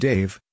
Dave